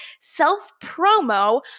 self-promo